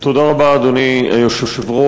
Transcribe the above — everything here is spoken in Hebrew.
תודה רבה, אדוני היושב-ראש.